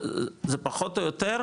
זה פחות או יותר,